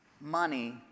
money